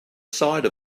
side